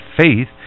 faith